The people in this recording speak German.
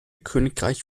königreich